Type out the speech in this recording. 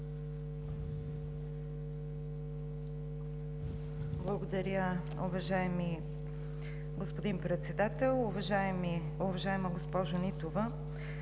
Благодаря, уважаеми господин Председател. Уважаема госпожо Нитова,